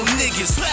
niggas